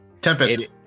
Tempest